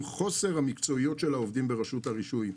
חוסר המקצועיות של העובדים ברשות הרישוי."